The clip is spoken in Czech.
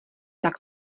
tak